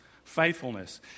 faithfulness